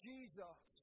Jesus